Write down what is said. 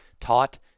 taught